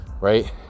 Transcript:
right